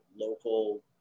local